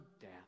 death